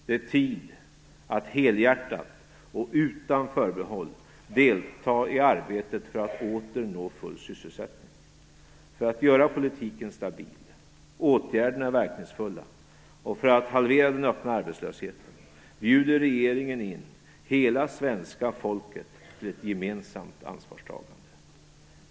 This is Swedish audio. Det är tid att helhjärtat, och utan förbehåll, delta i arbetet för att åter nå full sysselsättning. För att göra politiken stabil, åtgärderna verkningsfulla och för att halvera den öppna arbetslösheten bjuder regeringen in hela svenska folket till ett gemensamt ansvarstagande.